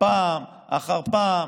פעם אחר פעם